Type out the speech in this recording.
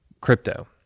crypto